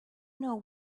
know